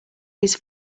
his